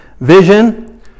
Vision